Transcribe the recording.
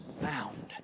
found